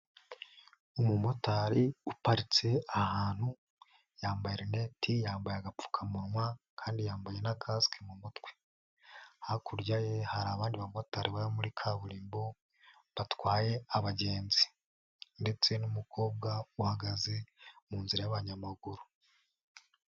Umu motari uparitse ahantu yambaye rinete. Yambaye agapfukamunwa kandi yambaye nakasike mu mutwe. Hakurya ye hari abandi ba motari bari muri kaburimbo batwaye abagenzi ndetse n'umukobwa uhagaze mu nzira y'abanyamaguru.